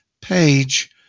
page